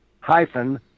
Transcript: hyphen